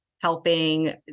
helping